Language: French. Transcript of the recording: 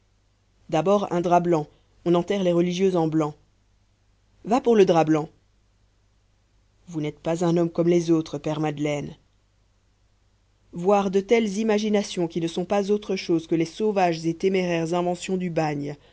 d'abord un drap blanc on enterre les religieuses en blanc va pour le drap blanc vous n'êtes pas un homme comme les autres père madeleine voir de telles imaginations qui ne sont pas autre chose que les sauvages et téméraires inventions du bagne